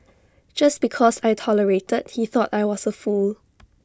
just because I tolerated he thought I was A fool